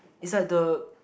is like the